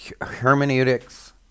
Hermeneutics